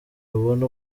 rubone